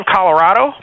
Colorado